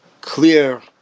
clear